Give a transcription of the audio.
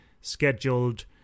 scheduled